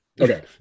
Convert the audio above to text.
okay